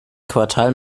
quartal